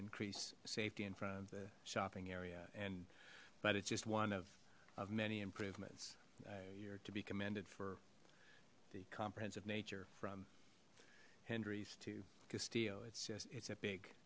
increase safety in front of the shopping area and but it's just one of of many improvements uh you're to be commended for the comprehensive nature from henry's to castillo it's just it's a big